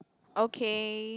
okay